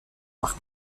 par